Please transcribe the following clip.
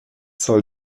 soll